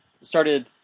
started